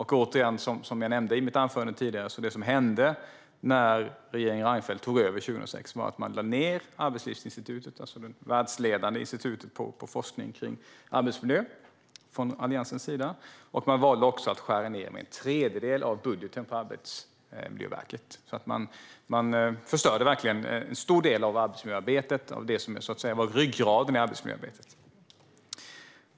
Det som hände när regeringen Reinfeldt tog över 2006, som jag nämnde i mitt anförande, var att Alliansen lade ned Arbetslivsinstitutet. Det var ett världsledande institut på forskning om arbetsmiljö. Man valde också att skära ned Arbetsmiljöverkets budget med en tredjedel. Man förstörde verkligen en stor del av arbetsmiljöarbetet och det som så att säga var ryggraden i arbetsmiljöarbetet.